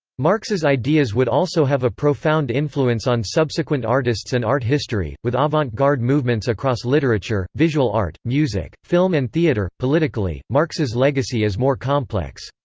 marx's ideas would also have a profound influence on subsequent artists and art history, with avant-garde movements across literature, visual art, music, film and theater politically, marx's legacy is more complex.